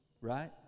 right